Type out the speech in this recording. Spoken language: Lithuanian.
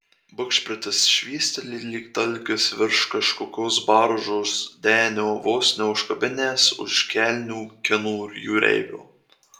bugšpritas švysteli lyg dalgis virš kažkokios baržos denio vos neužkabinęs už kelnių kinų jūreivio